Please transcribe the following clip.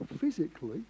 physically